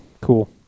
cool